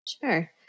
Sure